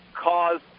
caused